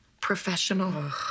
professional